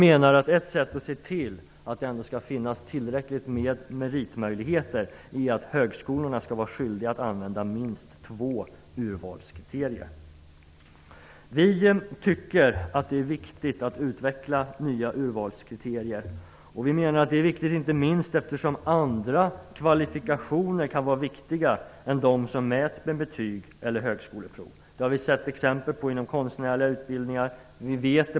Ett sätt att se till att det finns tillräckligt med meritmöjligheter är att högskolorna är skyldiga att använda minst två urvalskriterier. Vi tycker att det är viktigt att utveckla nya urvalskriterier, inte minst eftersom andra kvalifikationer kan vara viktigare än de som mäts med betyg eller högskoleprov. Vi har sett exempel på det inom konstnärliga utbildningar.